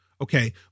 Okay